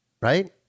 Right